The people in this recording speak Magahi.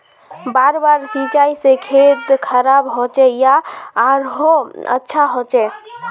बार बार सिंचाई से खेत खराब होचे या आरोहो अच्छा होचए?